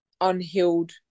unhealed